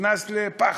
נכנס לפחד: